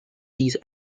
these